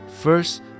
First